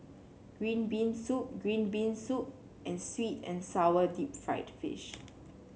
green been soup green been soup and sweet and sour Deep Fried Fish